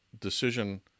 Decision